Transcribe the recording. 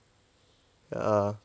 ya